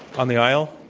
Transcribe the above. on the isle.